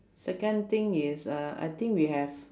second thing is uh I think we have